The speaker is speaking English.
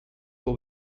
will